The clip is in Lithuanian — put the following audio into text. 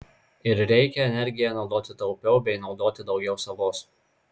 ir reikia energiją naudoti taupiau bei naudoti daugiau savos